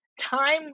time